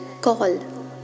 call